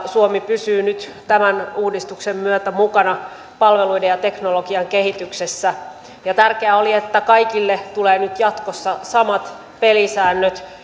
suomi pysyy nyt tämän uudistuksen myötä mukana palveluiden ja teknologian kehityksessä tärkeää oli että kaikille tulee nyt jatkossa samat pelisäännöt